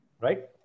right